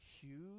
huge